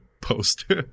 post